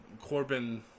corbin